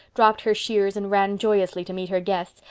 dropped her shears and ran joyously to meet her guests,